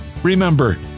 Remember